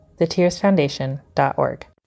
thetearsfoundation.org